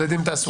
הבנתי.